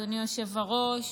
אדוני היושב-ראש,